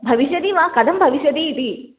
भविष्यति वा कथं भविष्यति इति